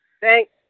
Thanks